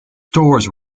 stores